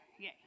Yay